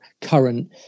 current